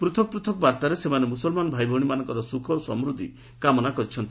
ପୃଥକ୍ ପୂଥକ୍ ବାର୍ତ୍ତାରେ ସେମାନେ ମୁସଲମାନ ଭାଇଭଉଣୀମାନଙ୍କ ସୁଖ ଓ ସମୃଦ୍ଧି କାମନା କରିଛନ୍ତି